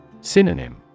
Synonym